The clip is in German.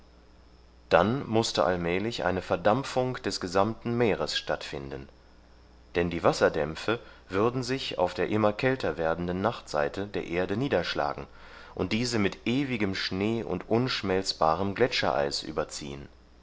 dann mußte allmählich eine verdampfung des gesamten meeres stattfinden denn die wasserdämpfe würden sich auf der immer kälter werdenden nachtseite der erde niederschlagen und diese mit ewigem schnee und unschmelzbarem gletschereis überziehen